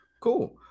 cool